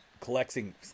collecting